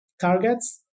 targets